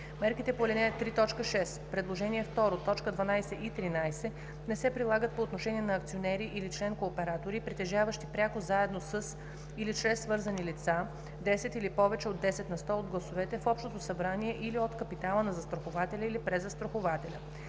Мерките по ал. 3, т. 6, предложение второ, т. 12 и 13 не се прилагат по отношение на акционери или член-кооператори, притежаващи пряко заедно със или чрез свързани лица 10 или повече от 10 на сто от гласовете в общото събрание или от капитала на застрахователя или презастрахователя.